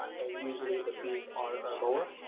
and usually the fees are lower,